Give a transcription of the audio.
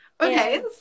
Okay